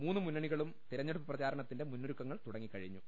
മൂന്നു മുന്നണികളും തിരഞ്ഞെടുപ്പു പ്രചാരണത്തിന്റെ മുന്നൊരുക്ക ങ്ങൾ തുടങ്ങിക്കഴിഞ്ഞു